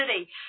city